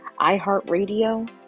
iHeartRadio